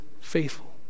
faithful